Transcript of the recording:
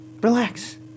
relax